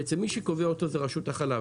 בעצם מי שקובע זה רשות החלב,